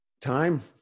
Time